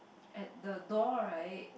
at the door right